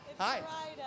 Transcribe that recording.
Hi